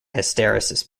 hysteresis